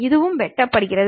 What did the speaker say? இதுவும் வெட்டப்படுகிறது